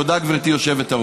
תודה, גברתי היושבת-ראש.